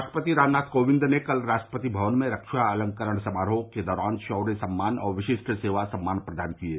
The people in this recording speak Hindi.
राष्ट्रपति रामनाथ कोविंद ने कल राष्ट्रपति भवन में रक्षा अंलकरण समारोह के दौरान शौर्य सम्मान और विशिष्ट सेवा सम्मान प्रदान किये